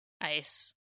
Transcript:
ice